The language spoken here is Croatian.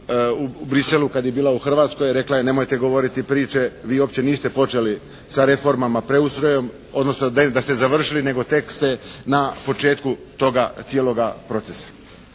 u Bruxelessu kad je bila u Hrvatskoj rekla je nemojte govoriti priče, vi uopće niste počeli sa reformama, preustrojem odnosno da ste završili nego tek ste na početku toga cijeloga procesa.